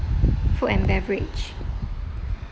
food and beverage